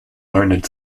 learned